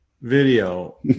video